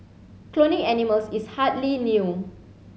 cloning animals is hardly new